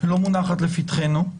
לא מונחת לפתחנו,